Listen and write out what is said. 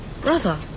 Brother